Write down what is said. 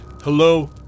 Hello